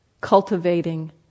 cultivating